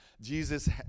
Jesus